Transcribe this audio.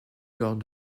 lors